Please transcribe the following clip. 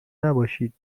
نباشید